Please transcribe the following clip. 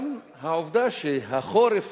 גם העובדה שהחורף